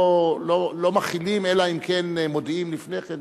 לא מחילים אלא אם כן מודיעים לפני כן.